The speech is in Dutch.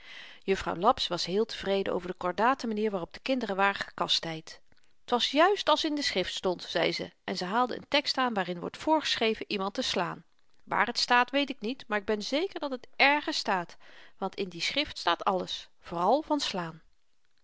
juffrouw laps was heel tevreden over de kordate manier waarop de kinderen waren gekastyd t was juist als in de schrift stond zei ze en ze haalde een tekst aan waarin wordt voorgeschreven iemand te slaan waar t staat weet ik niet maar k ben zeker dat het èrgens staat want in die schrift staat alles vooral van slaan